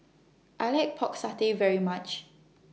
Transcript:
I like Pork Satay very much